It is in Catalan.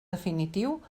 definitiu